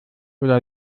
oder